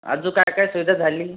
अजूक काय काय सुविधा झाली